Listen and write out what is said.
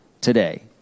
today